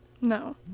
No